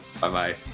Bye-bye